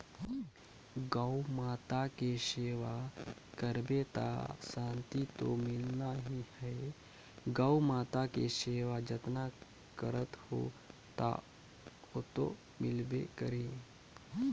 गउ माता के सेवा करबे त सांति तो मिलना ही है, गउ माता के सेवा जतन करत हो त ओतो मिलबे करही